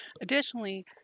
Additionally